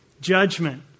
judgment